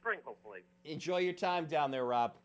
spring hopefully enjoy your time down there rob